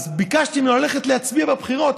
ביקשתי ממנו ללכת להצביע בבחירות.